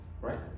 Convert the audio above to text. right